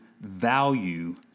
value